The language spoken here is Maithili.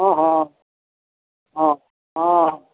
हँ हँ हँ हँ